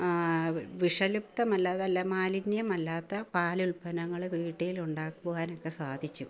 ആ വിഷലിപ്തമല്ലതല്ല മാലിന്യമല്ലാത്ത പാലുത്പന്നങ്ങൾ വീട്ടിലുണ്ടാക്കുവാനൊക്കെ സാധിച്ചു